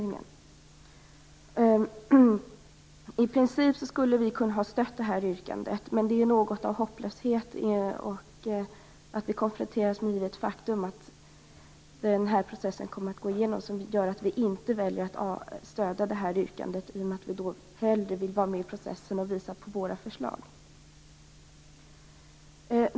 I princip skulle Miljöpartiet ha kunnat stödja yrkandet, men det ligger något av hopplöshet och av att konfronteras med ett givet faktum - att processen kommer att gå igenom - i yrkandet. Detta gör att vi i Miljöpartiet inte väljer att stödja det, utan hellre vill vara med i processen och visa på våra förslag.